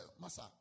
Master